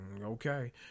Okay